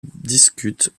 discutent